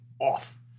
off